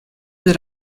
that